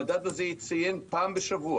המדד הזה יציין פעם בשבוע,